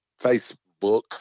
Facebook